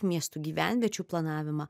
miestų gyvenviečių planavimą